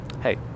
hey